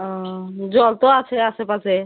ও জল তো আছে আশেপাশে